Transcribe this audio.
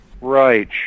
Right